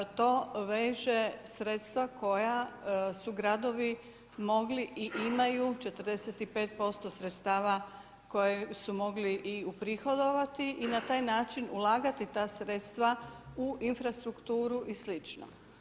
To veže sredstva koja su gradovi mogli i imaju 45% sredstava koje su mogli i uprihodovati i na taj način ulagati ta sredstva u infrastrukturu i slično.